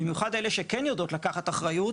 במיוחד אלה שכן יודעות לקחת אחריות